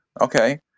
Okay